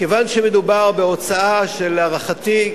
כיוון שמדובר בהוצאה של, להערכתי,